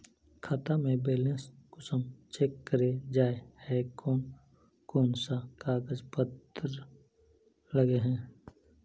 खाता में बैलेंस कुंसम चेक करे जाय है कोन कोन सा कागज पत्र लगे है?